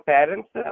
Parents